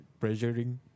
pressuring